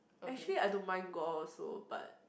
actually I don't mind gore also but